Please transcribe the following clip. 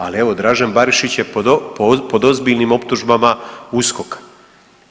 Ali evo Dražen Barišić je pod ozbiljnim optužbama USKOK-a.